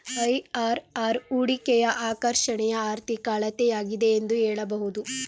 IRR ಹೂಡಿಕೆಯ ಆಕರ್ಷಣೆಯ ಆರ್ಥಿಕ ಅಳತೆಯಾಗಿದೆ ಎಂದು ಹೇಳಬಹುದು